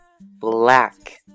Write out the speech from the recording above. black